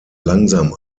langsam